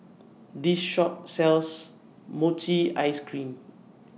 This Shop sells Mochi Ice Cream